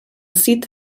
sit